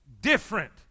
different